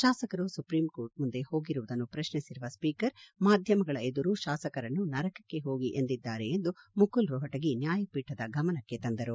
ಶಾಸಕರು supreme court ಮುಂದೆ ಹೋಗಿರುವುದನ್ನು ಪ್ರಶ್ನಿಸಿರುವ ಸ್ಪೀಕರ್ ಮಾಧ್ಯಮಗಳ ಎದುರು ಶಾಸಕರನ್ನು ನರಕಕ್ಕೆ ಹೋಗಿ ಎಂದಿದ್ದಾರೆ ಎಂದು ಮುಕುಲ್ ರೋಹಟಗಿ ನ್ಯಾಯಪೀಠದ ಗಮನಕ್ಕೆ ತಂದರು